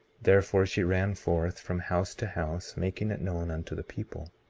therefore she ran forth from house to house, making it known unto the people.